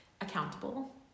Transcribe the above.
accountable